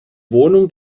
wohnung